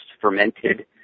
fermented